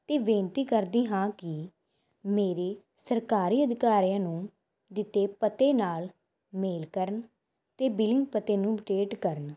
ਅਤੇ ਬੇਨਤੀ ਕਰਦੀ ਹਾਂ ਕਿ ਮੇਰੇ ਸਰਕਾਰੀ ਅਧਿਕਾਰੀਆਂ ਨੂੰ ਦਿੱਤੇ ਪਤੇ ਨਾਲ ਮੇਲ ਕਰਨ ਅਤੇ ਬਿਲਿੰਗ ਪਤੇ ਨੂੰ ਅਪਡੇਟ ਕਰਨ